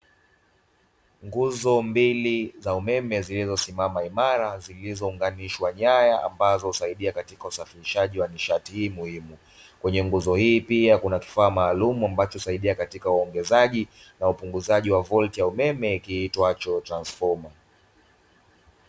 Nguzo mbili za umeme zilizosimama imara zilizo unganishwa nyaya ambazo husaidia katika usafirishaji wa nishati hii muhimu, kwenye nguzo hii pia kuna kifaa maalumu ambacho husaidia katika uongezaji na upunguzaji wa volti ya umeme kiitwacho transifoma.